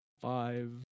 five